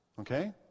Okay